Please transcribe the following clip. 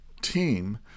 team